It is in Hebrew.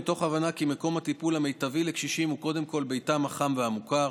מתוך הבנה כי מקום הטיפול המיטבי לקשישים הוא קודם כול ביתם החם והמוכר